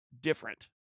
different